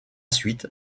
suite